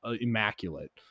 immaculate